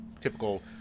typical